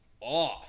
off